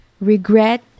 Regret